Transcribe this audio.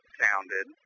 sounded